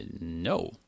no